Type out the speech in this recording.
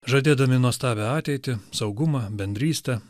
žadėdami nuostabią ateitį saugumą bendrystę